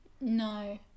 no